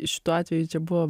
šituo atveju čia buvo